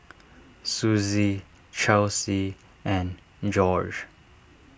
Suzie Chelsea and Jorge